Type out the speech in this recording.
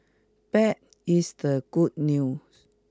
bad is the good news